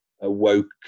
awoke